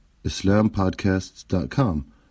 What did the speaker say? islampodcasts.com